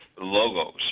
logos